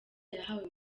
yahawe